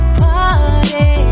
party